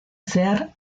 zehar